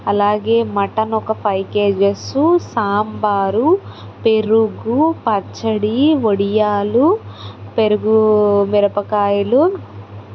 అలాగే మటన్ ఒక్క five KGs sambar పెరుగు పచ్చడి వడియాలు పెరుగు మిరపకాయలు